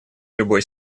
любой